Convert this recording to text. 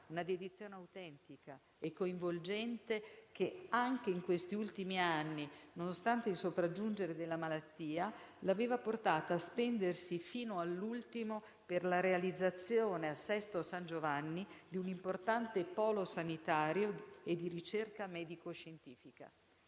una dedizione autentica e coinvolgente che anche in questi ultimi anni, nonostante il sopraggiungere della malattia, l'aveva portata a spendersi fino all'ultimo per la realizzazione a Sesto San Giovanni di un importante polo sanitario e di ricerca medico-scientifica,